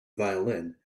violin